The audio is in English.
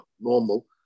normal